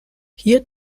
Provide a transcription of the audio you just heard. hier